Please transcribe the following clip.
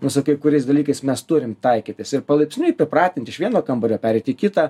nu su kai kuriais dalykais mes turim taikytis ir palaipsniui pripratint iš vieno kambario pereit į kitą